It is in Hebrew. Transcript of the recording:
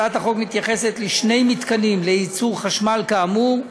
הצעת החוק מתייחסת לשני מתקנים לייצור חשמל כאמור: